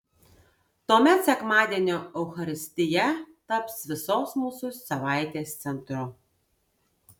tuomet sekmadienio eucharistija taps visos mūsų savaitės centru